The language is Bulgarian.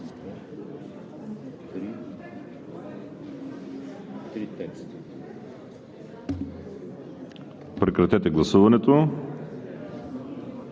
Прекратете гласуването,